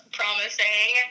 promising